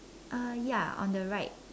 uh ya on the right